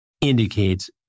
indicates